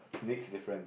next difference